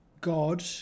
God